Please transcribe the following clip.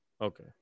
Okay